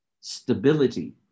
stability